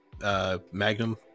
Magnum